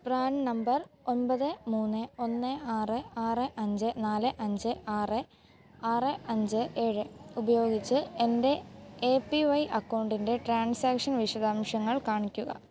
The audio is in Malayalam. പ്രാന് നമ്പർ ഒൻപത് മൂന്ന് ഒന്ന് ആറ് ആറ് അഞ്ച് നാല് അഞ്ച് ആറ് ആറ് അഞ്ച് ഏഴ് ഉപയോഗിച്ച് എന്റെ ഏ പി വൈ അക്കൗണ്ടിന്റെ ട്രാൻസാക്ഷൻ വിശദാംശങ്ങൾ കാണിക്കുക